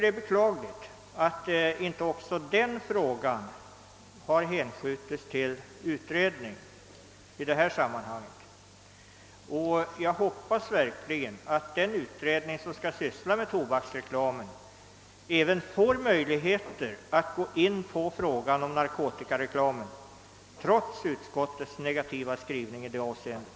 Det är beklagligt att inte också denna fråga har hänskjutits till utredning i detta sammanhang. Jag hoppas verkligen att den utredning som skall syssla med tobaksreklamen även får möjlighet att gå in på frågan om narkotikareklamen, trots utskottets negativa skrivning i det avseendet.